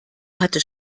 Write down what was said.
hatte